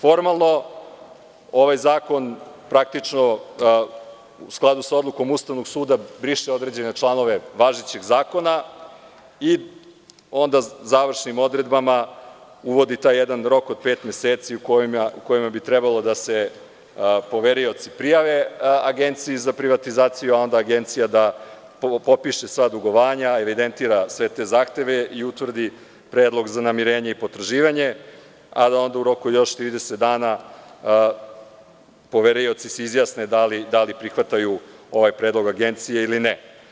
Formalno ovaj zakon praktično, u skladu sa odlukom Ustavnog suda, briše određene članove važećeg zakona i onda završnim odredbama uvodi taj jedan rok od pet meseci, u kojem bi trebalo da se poverioci prijave Agenciji za privatizaciju, a onda Agencija da popiše sva dugovanja, evidentira sve te zahteve i utvrdi predlog za namirenje i potraživanje, a da se onda u roku od još 30 dana poverioci izjasne da li prihvataju ovaj predlog Agencije ili ne.